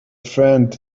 friend